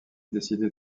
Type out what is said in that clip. décidé